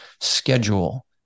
schedule